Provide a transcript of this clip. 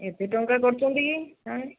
ଏତେ ଟଙ୍କା କରୁଛନ୍ତି କି ହାଁ